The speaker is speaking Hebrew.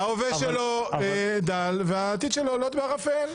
שהיא הנמצאת במרכז השיח,